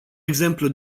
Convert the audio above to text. exemplu